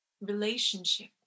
relationship